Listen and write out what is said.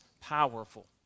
powerful